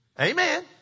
amen